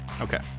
Okay